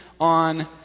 on